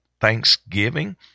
Thanksgiving